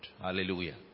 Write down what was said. Hallelujah